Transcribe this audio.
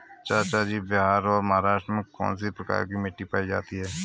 चाचा जी बिहार और महाराष्ट्र में कौन सी प्रकार की मिट्टी पाई जाती है?